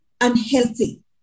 unhealthy